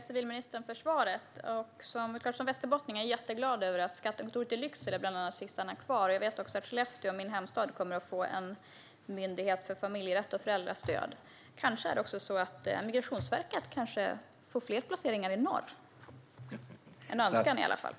Herr talman! Jag tackar civilministern för svaret. Som västerbottning är jag jätteglad över att bland annat skattekontoret i Lycksele fick stanna kvar. Jag vet också att Skellefteå, min hemstad, kommer att få en myndighet för familjerätt och föräldrastöd. Kanske är det också så att Migrationsverket får fler placeringar i norr. Det är en önskan i alla fall.